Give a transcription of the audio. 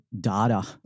data